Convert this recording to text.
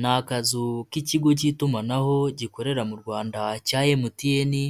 Ni akazu k'ikigo cy'itumanaho gikorera mu Rwanda cya emutiyeni,